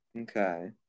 okay